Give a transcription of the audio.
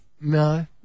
No